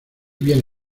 viene